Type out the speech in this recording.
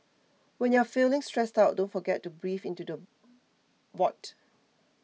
when you are feeling stressed out don't forget to breathe into the void